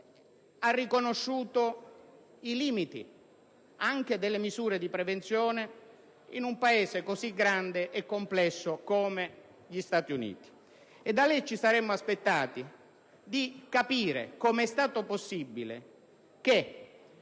ha riconosciuto i limiti delle misure di prevenzione in un Paese così grande e complesso come gli Stati Uniti. Pertanto, da lei ci saremmo aspettati di capire come sia stato possibile che,